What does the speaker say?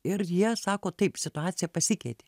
ir jie sako taip situacija pasikeitė